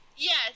Yes